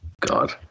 God